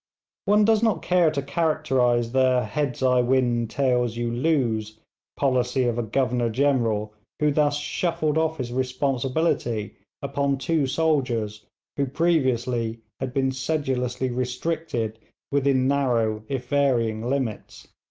one does not care to characterise the heads i win, tails you lose' policy of a governor-general who thus shuffled off his responsibility upon two soldiers who previously had been sedulously restricted within narrow if varying limits.